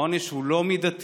העונש לא מידתי,